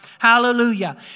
Hallelujah